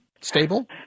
stable